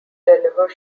deliver